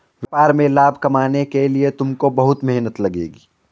व्यापार में लाभ कमाने के लिए तुमको बहुत मेहनत लगेगी